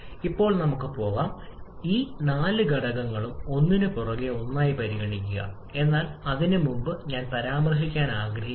അതിനാൽ നമ്മൾ എല്ലാ ഘടകങ്ങളും സംയോജിപ്പിക്കുകയാണെങ്കിൽ ഇത് നിങ്ങളുടെ പക്കലുള്ള ഡയഗ്രമാണ്